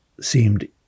seemed